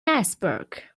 iceberg